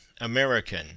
American